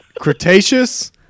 Cretaceous